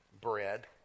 bread